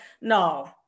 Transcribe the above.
No